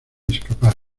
escapar